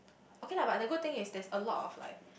okay lah but the good thing is there's a lot of like